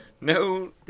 No